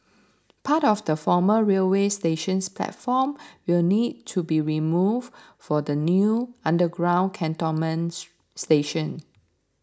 part of the former railway station's platform will need to be removed for the new underground cantonment station